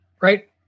right